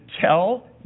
tell